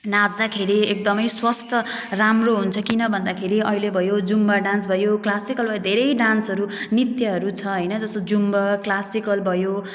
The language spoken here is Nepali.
नाच्दाखेरि एकदमै स्वस्थ राम्रो हुन्छ किन भन्दाखेरि अहिले भयो जुम्बा डान्स भयो क्लासिकल धेरै डान्सहरू नृत्यहरू छ हैन जस्तो जुम्बा क्लासिकल भयो